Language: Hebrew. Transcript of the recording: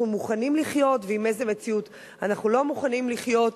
מוכנים לחיות ועם איזו מציאות אנחנו לא מוכנים לחיות.